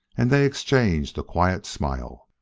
and they exchanged a quiet smile.